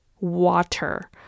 water